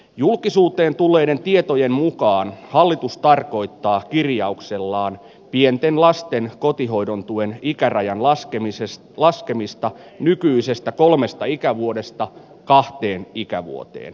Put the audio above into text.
julkisuuteen tulleiden tietojen mukaan hallitus tarkoittaa kirjauksellaan pienten lasten kotihoidontuen ikärajan laskemisesta laskemista nykyisestä kolmesta ikävuodesta kahteen ikävuoteen